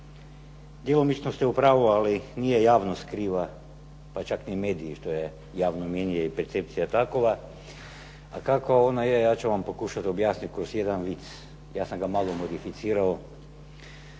Djelomično ste u pravu ali nije javnost kriva pa čak ni mediji što je javno mnijenje i percepcija takova, a kakva ona je ja ću vam pokušati objasniti kroz jedan vic, ja sam ga malo modificirao: